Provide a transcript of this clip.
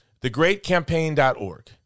Thegreatcampaign.org